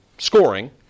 scoring